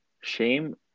shame